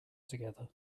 together